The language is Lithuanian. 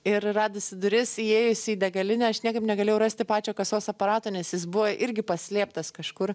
ir radusi duris įėjusi į degalinę aš niekaip negalėjau rasti pačio kasos aparato nes jis buvo irgi paslėptas kažkur